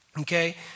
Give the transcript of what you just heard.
Okay